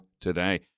today